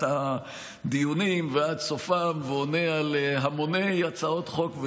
הדיונים ועד סופם ועונה על המוני הצעות חוק,